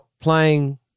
playing